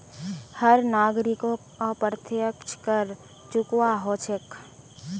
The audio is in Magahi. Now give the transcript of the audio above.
हर नागरिकोक अप्रत्यक्ष कर चुकव्वा हो छेक